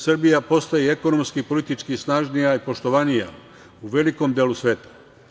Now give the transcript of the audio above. Srbija postaje ekonomski i politički snažnija, poštovanija u velikom delu svetu.